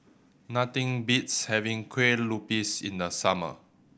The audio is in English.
nothing beats having Kueh Lupis in the summer